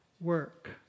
work